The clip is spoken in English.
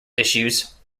issues